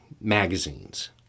magazines